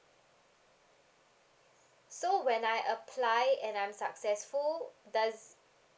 so when I apply and I'm successful does it doesn't mean that they build already right